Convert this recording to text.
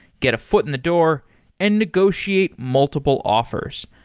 get a foot in the door and negotiate multiple offers.